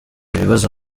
ibibazo